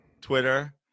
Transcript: Twitter